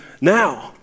now